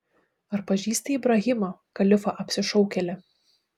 ar pažįsti ibrahimą kalifą apsišaukėlį